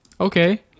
Okay